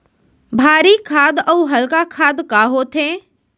भारी खाद अऊ हल्का खाद का होथे?